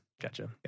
gotcha